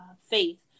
faith